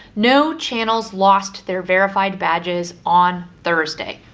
no channels lost their verified badges on thursday.